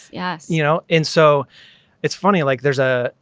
yes. you know, and so it's funny like there's a,